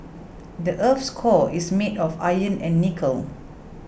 the earth's core is made of iron and nickel